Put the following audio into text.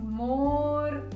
more